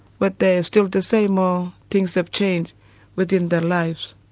but they are still the same or things have changed within their lives,